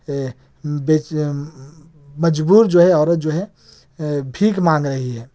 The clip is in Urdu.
مجبور جو ہے عورت جو ہے بھیک مانگ رہی ہیں